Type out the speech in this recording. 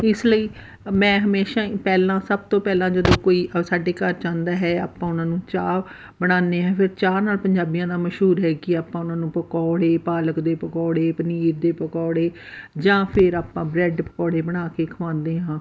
ਇਸ ਲਈ ਮੈਂ ਹਮੇਸ਼ਾਂ ਹੀ ਪਹਿਲਾਂ ਸਭ ਤੋਂ ਪਹਿਲਾਂ ਜਦੋਂ ਕੋਈ ਸਾਡੇ ਘਰ 'ਚ ਆਉਂਦਾ ਹੈ ਆਪਾਂ ਉਹਨਾਂ ਨੂੰ ਚਾਹ ਬਣਾਉਂਦੇ ਹਾਂ ਫਿਰ ਚਾਹ ਨਾਲ ਪੰਜਾਬੀਆਂ ਦਾ ਮਸ਼ਹੂਰ ਹੈ ਕਿ ਆਪਾਂ ਉਹਨਾਂ ਨੂੰ ਪਕੌੜੇ ਪਾਲਕ ਦੇ ਪਕੌੜੇ ਪਨੀਰ ਦੇ ਪਕੌੜੇ ਜਾਂ ਫਿਰ ਆਪਾਂ ਬ੍ਰੈਡ ਪਕੌੜੇ ਬਣਾ ਕੇ ਖਵਾਉਂਦੇ ਹਾਂ